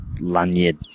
lanyard